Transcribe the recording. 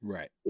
Right